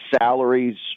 salaries